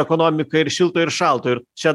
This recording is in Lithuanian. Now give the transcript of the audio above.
ekonomika ir šilto ir šalto ir čia